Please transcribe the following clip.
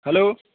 hello